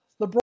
LeBron